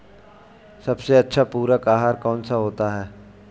सबसे अच्छा पूरक आहार कौन सा होता है?